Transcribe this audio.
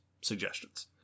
suggestions